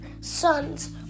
sons